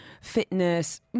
fitness